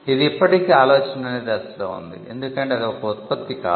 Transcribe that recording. ఇది ఇప్పటికీ ఆలోచన అనే దశలో ఉంది ఎందుకంటే అది ఒక ఉత్పత్తి కాదు